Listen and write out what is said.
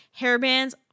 hairbands